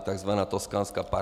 Takzvaná toskánská parta.